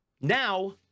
Now